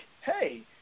hey